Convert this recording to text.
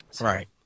Right